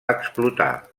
explotar